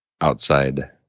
outside